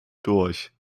durch